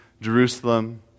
Jerusalem